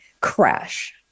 Crash